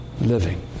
living